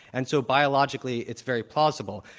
and so biologically, it's very plausible.